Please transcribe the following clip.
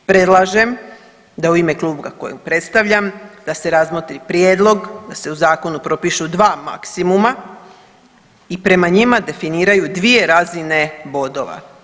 Predlažem da u ime kluba kojeg predstavljam da se razmotri prijedlog da se u zakonu propišu 2 maksimuma i prema njima definiraju 2 razine bodova.